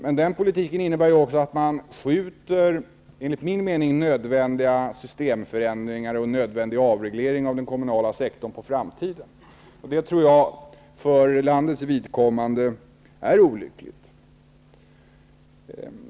Den politiken innebär ju också att man, enligt min mening, skjuter nödvändiga systemförändringar och nödvändiga avregleringar av den kommunala sektorn på framtiden. Jag tror att det är olyckligt för landets vidkommande.